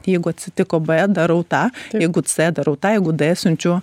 jeigu atsitiko b darau tą jeigu c darau tą jeigu d siunčiu